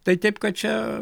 tai taip kad čia